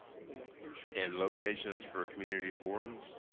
and the locations and locations for community forums.